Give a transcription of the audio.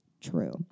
True